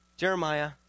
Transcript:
Jeremiah